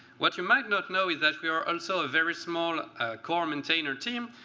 what you might not know is that we are also a very small core maintainer team.